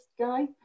guy